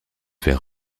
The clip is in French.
fait